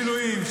אנשי מילואים,